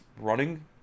running